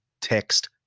text